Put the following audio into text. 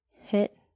hit